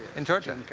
in georgia?